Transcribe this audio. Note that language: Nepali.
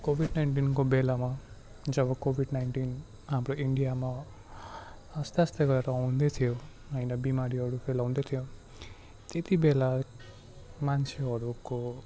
कोविड नाइन्टिनको बेलामा जब कोविड नाइन्टिन हाम्रो इन्डियामा आस्ते आस्ते गरेर आउँदैथ्यो होइन बिमारीहरू फैलाउँदै थियो त्यति बेला मान्छेहरूको